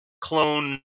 clone